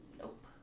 Nope